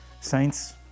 Saints